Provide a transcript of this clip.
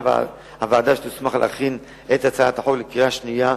הוועדה שתוסמך להכין את הצעת החוק לקריאה שנייה ושלישית.